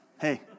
Hey